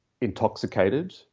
intoxicated